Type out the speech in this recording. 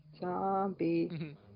Zombie